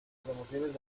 promociones